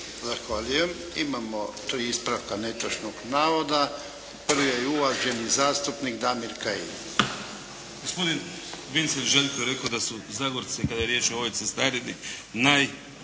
Zahvaljujem. Imamo tri ispravka netočnog navoda. Prvi je uvaženi zastupnik Damir Kajin. **Kajin, Damir (IDS)** Gospodin Vincelj Željko je rekao da su Zagorci kada je riječ o ovoj cestarini naj,